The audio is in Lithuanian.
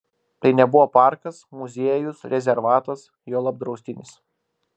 tai nebuvo parkas muziejus rezervatas juolab draustinis